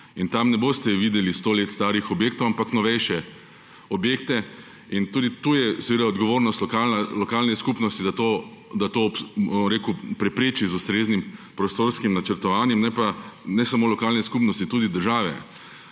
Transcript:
Tam ne boste videli sto let starih objektov, ampak novejše objekte. Tudi tu je seveda odgovornost lokalne skupnosti, da to prepreči z ustreznim prostorskim načrtovanjem − ne samo lokalne skupnosti, tudi države